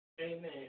Amen